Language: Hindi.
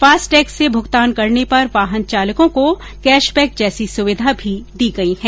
फास्ट टेग से भूगतान करने पर वाहन चालकों को कैशबैक जैसी सुविधा भी दी गई है